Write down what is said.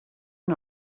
are